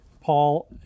Paul